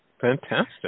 Fantastic